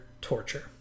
torture